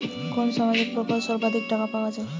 কোন সামাজিক প্রকল্পে সর্বাধিক টাকা পাওয়া য়ায়?